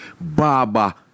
Baba